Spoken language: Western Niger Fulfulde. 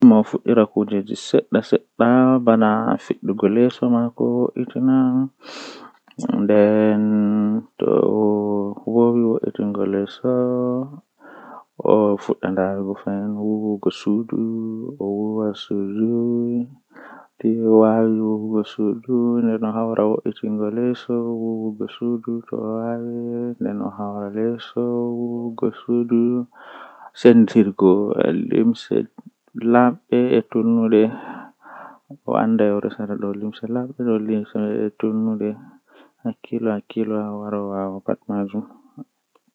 Tomi lori baawo ɗuuɓi hamsin mi daran mi yecca be dow ɗobe duɓiiji warande ndandanda ko fe'ata, Ngamman ndikka be Dara kala ko milari banda damuwa haa yeso pat mi yecca ɓe ndikka ɓe waɗa ni taawaɗe ni ngam to on waɗi ni ɗo be wakkati kaza wawan warta huunde feere.